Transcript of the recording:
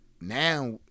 now